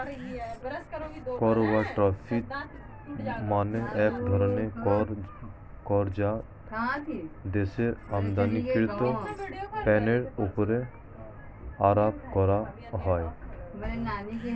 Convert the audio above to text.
কর বা ট্যারিফ মানে এক ধরনের কর যা দেশের আমদানিকৃত পণ্যের উপর আরোপ করা হয়